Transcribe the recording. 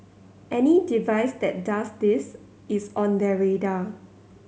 any device that does this is on their radar